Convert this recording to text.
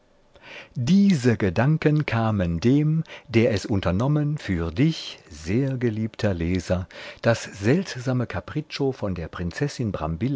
diese gedanken kamen dem der es unternommen für dich sehr geliebter leser das seltsame capriccio von der prinzessin